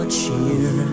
cheer